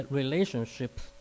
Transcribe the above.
relationships